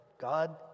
God